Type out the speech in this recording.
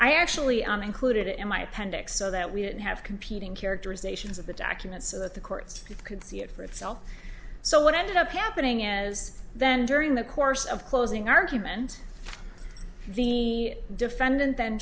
i actually am included in my appendix so that we don't have competing characterizations of the document so that the courts could see it for itself so what ended up happening as then during the course of closing argument the defendant th